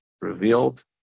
revealed